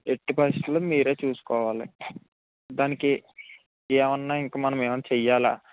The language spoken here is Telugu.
ఎట్టి పరిస్థితిలో మీరే చూసుకోవాలి దానికి ఏమన్నా ఇంక మనం ఏమన్నా చెయ్యాలా